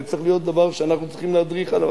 זה צריך להיות דבר שאנחנו צריכים להדריך אליו.